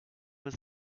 the